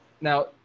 Now